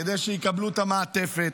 כדי שיקבלו את המעטפת,